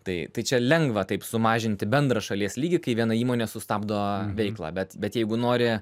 tai tai čia lengva taip sumažinti bendrą šalies lygį kai viena įmonė sustabdo veiklą bet bet jeigu nori